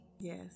Yes